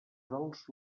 dels